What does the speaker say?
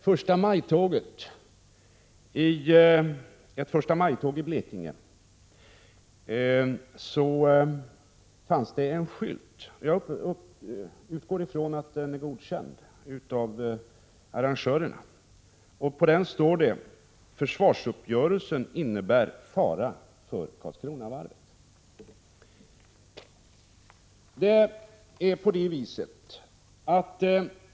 Får jag påminna om att i ett förstamajtåg i Blekinge fanns ett plakat — jag utgår från att det var godkänt av arrangörerna — på vilket det stod: Försvarsuppgörelsen innebär fara för Karlskronavarvet.